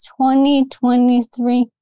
2023